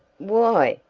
why!